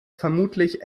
vermutlich